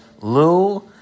Lou